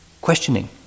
Questioning